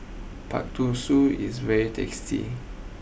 Pak Thong is very tasty